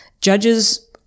judges